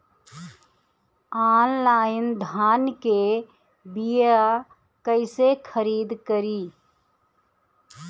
Online धान के बीया कइसे खरीद करी?